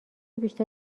بیشتر